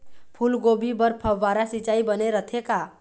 फूलगोभी बर फव्वारा सिचाई बने रथे का?